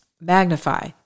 magnify